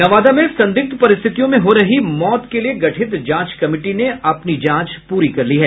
नवादा में संदिग्ध परिस्थितियों में हो रही मौत के लिए गठित जांच कमिटी ने अपनी जांच पूरी कर ली है